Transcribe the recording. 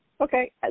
okay